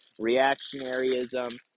reactionaryism